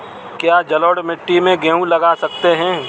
क्या जलोढ़ मिट्टी में गेहूँ लगा सकते हैं?